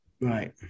Right